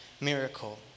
miracle